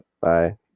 Bye